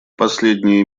последние